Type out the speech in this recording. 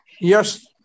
Yes